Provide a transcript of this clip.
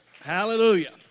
Hallelujah